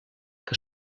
que